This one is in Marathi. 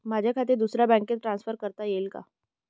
माझे खाते दुसऱ्या बँकेत ट्रान्सफर करता येईल का?